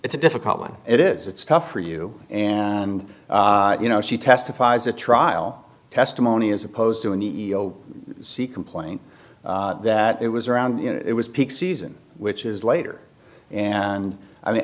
it's a difficult one it is it's tough for you and you know she testifies a trial testimony as opposed to an ego see complaint that it was around it was peak season which is later and i mean